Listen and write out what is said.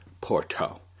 Porto